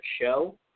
show